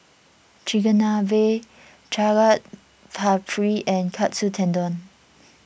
Chigenabe Chaat Papri and Katsu Tendon